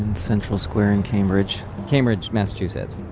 central square in cambridge. cambridge, massachusetts,